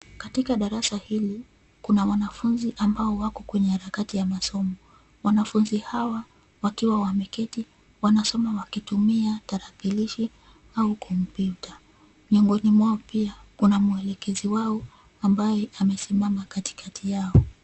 Katika darasa hili, kuna wanafunzi ambao wako kwenye harakati ya masomo. Wanafunzi hawa wakiwa wameketi wanasoma wakitumia tarakilishi au kompyuta. Miongoni mwao pia kuna muelekezi wao ambaye amesimamae katikati yao.